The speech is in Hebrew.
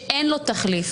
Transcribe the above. שאין לו תחליף.